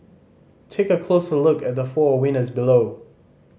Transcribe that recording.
take a closer look at the four winners below